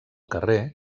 carrer